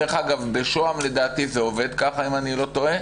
דרך אגב, בשוהם לדעתי זה עובד ככה אם אני לא טועה.